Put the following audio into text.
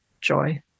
joy